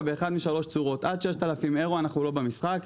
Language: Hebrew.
באחת משלוש צורות: עד 6,000 אירו אנחנו לא במשחק,